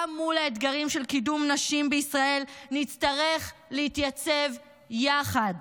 גם מול האתגרים של קידום נשים בישראל נצטרך להתייצב יחד,